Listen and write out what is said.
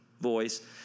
voice